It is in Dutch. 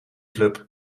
club